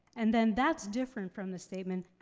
and then that's different from the statement,